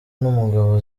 n’umugabo